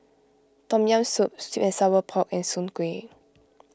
Tom Yam Soup Sweet and Sour Pork and Soon Kueh